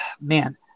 man